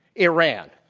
iran.